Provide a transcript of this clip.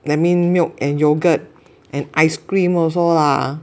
that means milk and yogurt and ice cream also lah